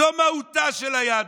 זו מהותה של היהדות.